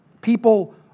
people